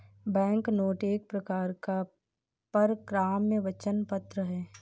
banknote एक प्रकार का परक्राम्य वचन पत्र है